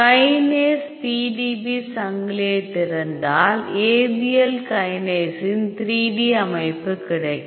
kinase PDB சங்கிலியை திறந்தால் Abl கைனேஸின் 3 D அமைப்பு கிடைக்கும்